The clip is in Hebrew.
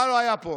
מה לא היה פה?